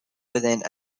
within